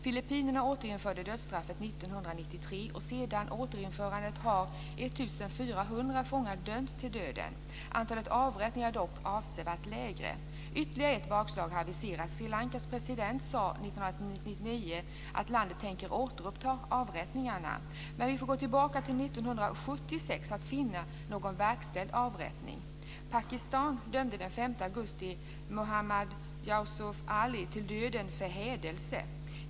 Filippinerna återinförde dödsstraffet 1993, och sedan återinförandet har 1 400 fångar dömts till döden. Antalet avrättningar är dock avsevärt lägre. Ytterligare ett bakslag har aviserats. Sri Lankas president sade 1999 att landet tänker återuppta avrättningarna, men vi får gå tillbaka till 1976 för att finna någon verkställd avrättning. Pakistan dömde den 5 augusti Mohammad Yousuf Ali till döden för hädelse.